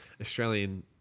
Australian